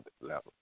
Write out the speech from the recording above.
level